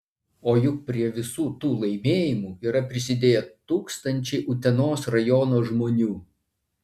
o juk prie visų tų laimėjimų yra prisidėję tūkstančiai utenos rajono žmonių